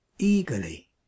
Eagerly